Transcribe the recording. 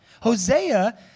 Hosea